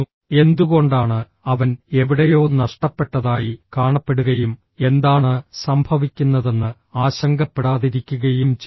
എന്തുകൊണ്ടാണ് അവൻ എവിടെയോ നഷ്ടപ്പെട്ടതായി കാണപ്പെടുകയും എന്താണ് സംഭവിക്കുന്നതെന്ന് ആശങ്കപ്പെടാതിരിക്കുകയും ചെയ്യുന്നത്